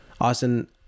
Austin